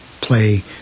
play